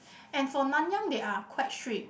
and for Nanyang they are quite strict